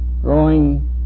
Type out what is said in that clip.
growing